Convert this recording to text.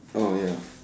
oh ya